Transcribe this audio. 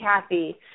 Kathy